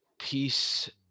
peace